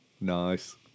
Nice